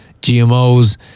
GMOs